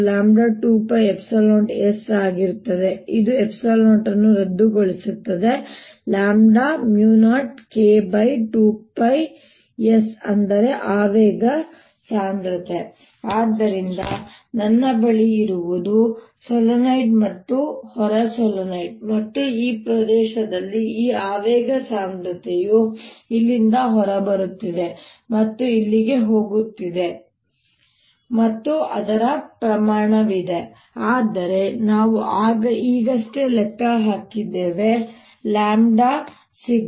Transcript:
ಆದ್ದರಿಂದ ಇದು 0 ಅನ್ನು ರದ್ದುಗೊಳಿಸುತ್ತದೆ 0K2πs ಅಂದರೆ ಆವೇಗ ಸಾಂದ್ರತೆ ಆದ್ದರಿಂದ ನನ್ನ ಬಳಿ ಇರುವುದು ಇವು ಸೊಲೆನಾಯ್ಡ್ ಮತ್ತು ಹೊರ ಸೊಲೆನಾಯ್ಡ್ ಮತ್ತು ಈ ಪ್ರದೇಶದಲ್ಲಿ ಈ ಆವೇಗ ಸಾಂದ್ರತೆಯು ಇಲ್ಲಿಂದ ಹೊರಬರುತ್ತಿದೆ ಮತ್ತು ಇಲ್ಲಿಗೆ ಹೋಗುತ್ತಿದೆ ಮತ್ತು ಅದರ ಪ್ರಮಾಣವಿದೆ ಆದರೆ ನಾವು ಈಗಷ್ಟೇ ಲೆಕ್ಕ ಹಾಕಿದ್ದೇವೆ 0K2π × S